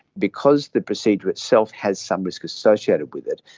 because the procedure itself has some risk associated with it,